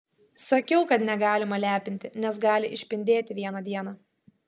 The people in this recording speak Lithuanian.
sakiau kad negalima lepinti nes gali išpindėti vieną dieną